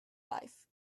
life